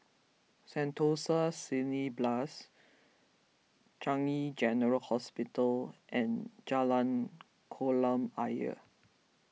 Sentosa Cineblast Changi General Hospital and Jalan Kolam Ayer